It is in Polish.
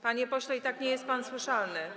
Panie pośle, i tak nie jest pan słyszalny.